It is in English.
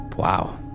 Wow